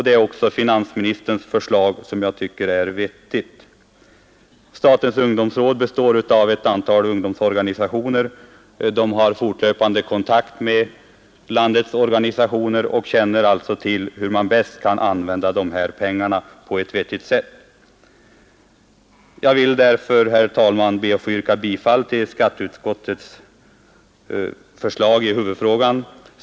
Det är också finansministerns förslag, och jag tycker det är vettigt. Statens ungdoms råd består av representanter för ett antal ungdomsorganisationer och har fortlöpande kontakt med landets organisationer och känner till hur man bäst skall använda dessa pengar på ett vettigt sätt. Jag vill därför, herr talman, yrka bifall till skatteutskottets förslag i huvudfrågan.